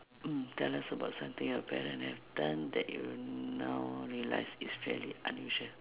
mm tell us about something your parent have done that you now realise is fairly unusual